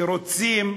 כשרוצים,